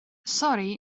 sori